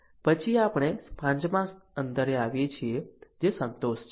પછી આપણે પાંચમા અંતરે આવીએ છીએ જે સંતોષ છે